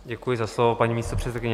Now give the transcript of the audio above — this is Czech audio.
Děkuji za slovo, paní místopředsedkyně.